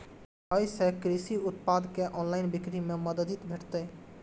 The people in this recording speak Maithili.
अय सं कृषि उत्पाद के ऑनलाइन बिक्री मे मदति भेटतै